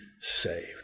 saved